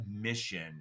mission